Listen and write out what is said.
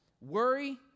Worry